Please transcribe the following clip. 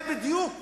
זה בדיוק